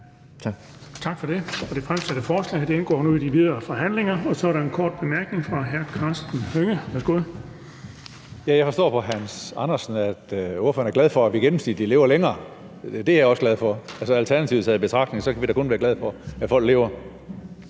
Tak for det. Det fremsatte forslag til vedtagelse indgår nu i de videre forhandlinger. Så er der en kort bemærkning fra hr. Karsten Hønge. Værsgo. Kl. 14:04 Karsten Hønge (SF): Jeg forstår på hr. Hans Andersen, at ordføreren er glad for, at vi gennemsnitligt lever længere. Det er jeg også glad for. Altså, alternativet taget i betragtning, kan vi da kun være glade for, at folk lever.